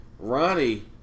Ronnie